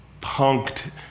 punked